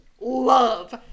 Love